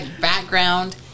background